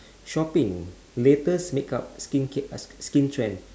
shopping latest makeup skincar~ uh skin trend